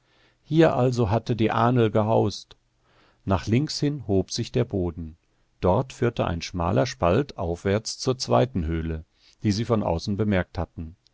hier also hatte die ahnl gehaust nach links hin hob sich der boden dort führte ein schmaler spalt aufwärts zur zweiten höhle die sie von außen bemerkt hatten